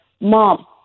Mom